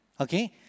okay